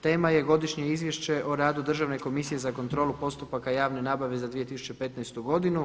Tema je godišnje izvješće o radu Državne komisije za kontrolu postupaka javne nabave za 2015. godinu.